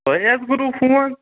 تُہی حظ کوٚروٕ فون